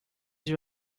you